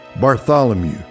Bartholomew